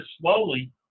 slowly